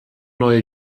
neue